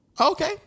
Okay